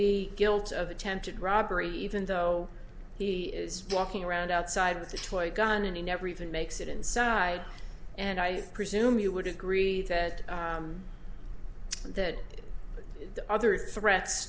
be guilty of attempted robbery even though he is walking around outside with the toy gun and he never even makes it inside and i presume you would agree that that the other threats